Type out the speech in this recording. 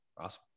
Awesome